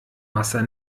wasser